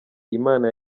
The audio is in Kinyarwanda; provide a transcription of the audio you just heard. imana